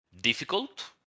Difficult